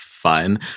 fine